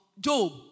Job